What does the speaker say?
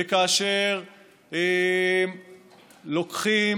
וכאשר לוקחים